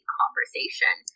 conversation